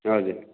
हजुर